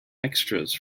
extras